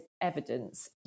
evidence